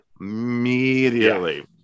immediately